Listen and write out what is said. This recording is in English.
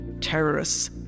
terrorists